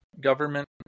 government